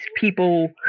people